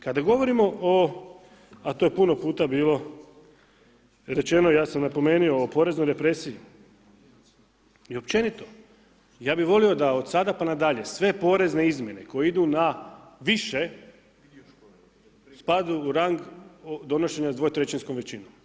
Kada govorimo o, a to je puno puta bilo rečeno, ja sam napomenuo o poreznoj represiji i općenito, ja bih volio da od sada pa na dalje sve porezne izmjene koje idu na više, spadaju u rang donošenja 2/3-skom većinom.